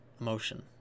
emotion